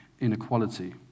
inequality